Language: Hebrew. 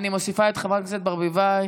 אני מוסיפה את חברת הכנסת ברביבאי,